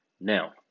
Now